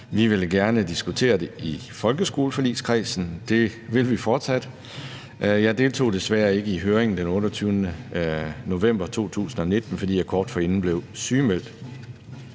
Vi ville gerne diskutere det i folkeskoleforligskredsen, og det vil vi fortsat. Jeg deltog desværre ikke i høringen den 28. november 2019, fordi jeg kort forinden blev sygemeldt.